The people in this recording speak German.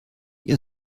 ihr